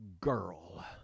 girl